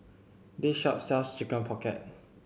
this shop sells Chicken Pocket